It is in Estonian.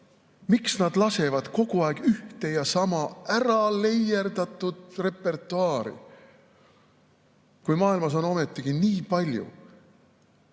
miks lastakse kogu aeg ühte ja sama äraleierdatud repertuaari, kui maailmas on ometigi nii palju